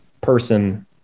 person